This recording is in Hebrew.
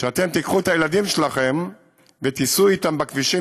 שאתם תיקחו את הילדים שלכם ותיסעו איתם בכבישים